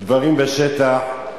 דברים בשטח,